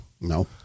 No